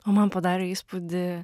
o man padarė įspūdį